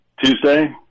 Tuesday